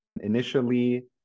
Initially